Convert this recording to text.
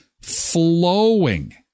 flowing